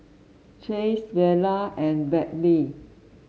Chase Vera and Berkley